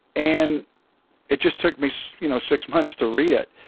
and it just took me so you know six months to read it.